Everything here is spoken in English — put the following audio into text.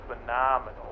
phenomenal